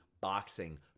boxing